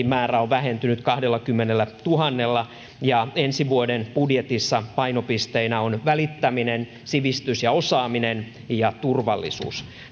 määrä on vähentynyt kahdellakymmenellätuhannella ja ensi vuoden budjetissa painopisteinä on välittäminen sivistys ja osaaminen ja turvallisuus